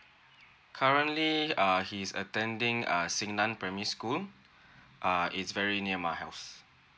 currently uh his attending uh xin nan primary school uh is very near my house